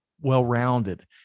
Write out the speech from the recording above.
well-rounded